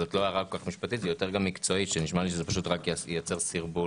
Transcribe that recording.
זאת לא הערה כל כך משפטית אלא יותר מקצועית שזה ייצר סרבול,